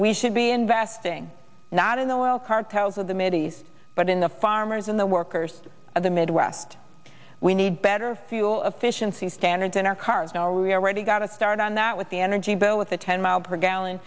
we should be investing not in the oil cartels of the mideast but in the farmers in the workers of the midwest we need better fuel efficiency standards in our cars no we already got a start on that with the energy bill with a ten mile per gallon